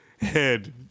head